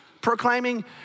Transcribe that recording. proclaiming